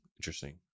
interesting